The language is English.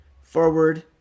forward